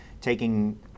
Taking